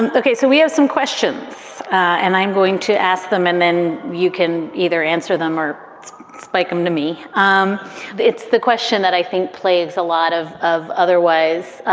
and ok, so we have some questions and i'm going to ask them and then you can either answer them or spike them to me. um it's the question that i think plagues a lot of of other ways,